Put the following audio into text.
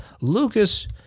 Lucas